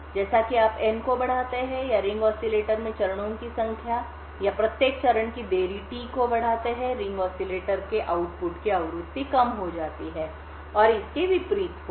जैसा कि आप n को बढ़ाते हैं या रिंग ऑसिलेटर में चरणों की संख्या या प्रत्येक चरण की देरी T को बढ़ाते हैं रिंग ऑसिलेटर के उत्पादन आउटपुट की आवृत्ति कम हो जाएगी और इसके विपरीत होगा